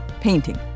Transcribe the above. painting